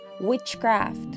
witchcraft